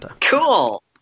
Cool